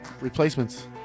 Replacements